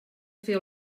fer